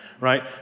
right